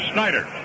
Snyder